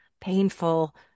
painful